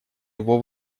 его